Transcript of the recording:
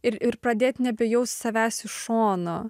ir ir pradėt nebejaust savęs iš šono